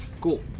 Cool